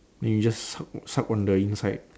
then you just suck suck on the inside